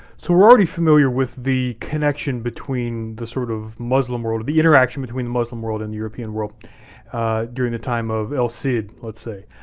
so we're already familiar with the connection between the sort of muslim world or the interaction between the muslim world and the european world during the time of el cid, let's say.